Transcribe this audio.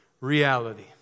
reality